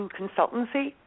consultancy